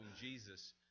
Jesus